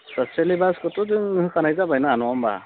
सिलेबासखौथ' जों होखानाय जाबाय ना नङा होमब्ला